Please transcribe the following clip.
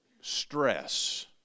Stress